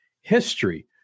history